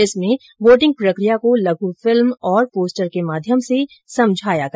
इसमें वोटिंग प्रक्रिया को लघु फिल्म और पोस्टर के माध्यम से समझाया गया